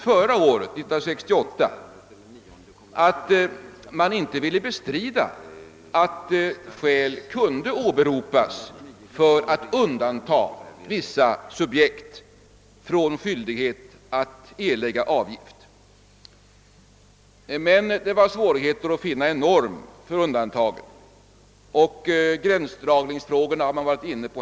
Förra året ville utskottet inte bestrida, att skäl kunde åberopas för att undanta vissa subjekt från skyldighet att erlägga avgift, men uttalade att det var svårt att finna en norm för undantagen och hänvisade till svårigheter med gränsdragningen.